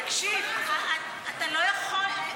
תקשיב, אתה לא יכול.